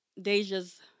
Deja's